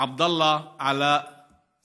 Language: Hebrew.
בו עבדאללה סלאמה,